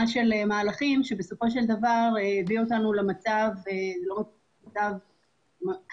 של מהלכים שבסופו של דבר הביאו אותנו למצב אומנם קשה,